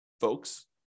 folks